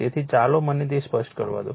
તેથી ચાલો મને તે સ્પષ્ટ કરવા દો